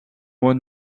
one